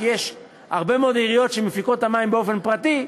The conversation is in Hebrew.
כי יש הרבה מאוד עיריות שמפיקות את המים באופן פרטי,